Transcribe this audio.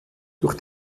durch